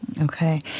Okay